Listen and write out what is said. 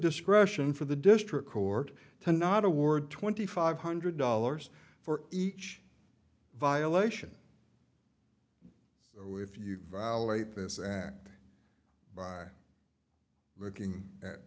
discretion for the district court to not award twenty five hundred dollars for each violation or if you violate this act by looking at